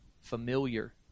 familiar